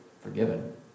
forgiven